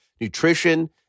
nutrition